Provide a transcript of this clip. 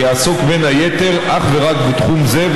שיעסוק בין היתר אך ורק בתחום זה,